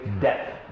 death